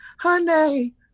honey